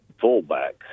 fullback